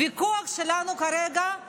הוויכוח שלנו כרגע הוא